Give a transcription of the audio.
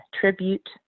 Tribute